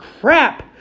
crap